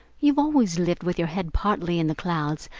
you've always lived with your head partly in the clouds,